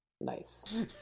Nice